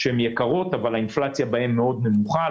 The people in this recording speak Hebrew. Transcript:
שהן יקרות אבל האינפלציה בהן נמוכה מאוד,